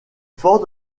ford